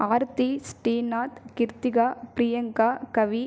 Aarthi Srinath Kirthika Priyanka Kavi